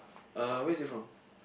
uh where is it from